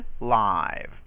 live